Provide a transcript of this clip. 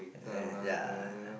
uh ya